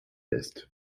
lässt